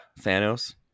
Thanos